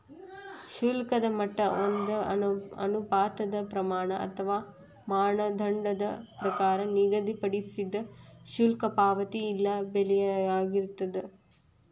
ಶುಲ್ಕದ ಮಟ್ಟ ಒಂದ ಅನುಪಾತದ್ ಪ್ರಮಾಣ ಅಥವಾ ಮಾನದಂಡದ ಪ್ರಕಾರ ನಿಗದಿಪಡಿಸಿದ್ ಶುಲ್ಕ ಪಾವತಿ ಇಲ್ಲಾ ಬೆಲೆಯಾಗಿರ್ತದ